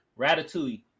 Ratatouille